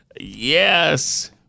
Yes